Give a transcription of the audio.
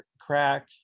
crack